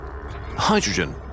Hydrogen